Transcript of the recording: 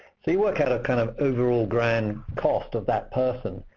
so you work out a kind of overall grand cost of that person,